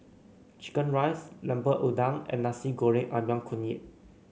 chicken rice Lemper Udang and Nasi Goreng ayam kunyit